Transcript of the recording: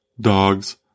dogs